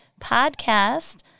podcast